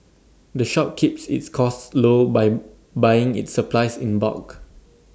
the shop keeps its costs low by buying its supplies in bulk